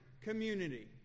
community